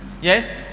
Yes